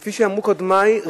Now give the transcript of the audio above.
כפי שאמרו קודמי,